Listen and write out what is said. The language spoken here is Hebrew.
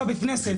בבני ברק.